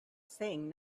saying